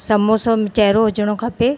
समोसो चेरो हुजिणो खपे